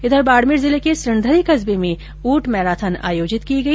इधर बाडमेर जिल के सिणधरी कस्बे में ऊंट मैराथन आयोजित की गई